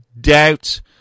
doubt